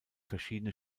verschiedene